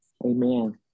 Amen